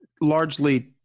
largely